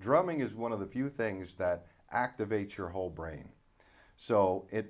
drumming is one of the few things that activates your whole brain so it